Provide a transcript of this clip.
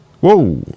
Whoa